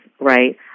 Right